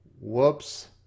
Whoops